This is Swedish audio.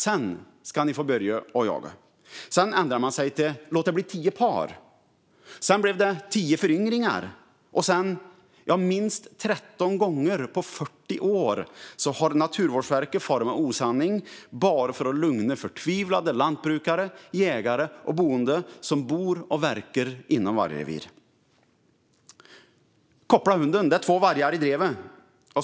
Sedan ska ni få börja jaga. Sedan ändrade man sig till: Låt det blir tio par! Sedan blev det tio föryngringar. Minst 13 gånger på 40 år har Naturvårdsverket farit med osanning bara för att lugna förtvivlade lantbrukare, jägare och boende som bor och verkar inom vargrevir. "Koppla hunden! Det är två vargar i drevet!"